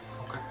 Okay